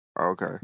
Okay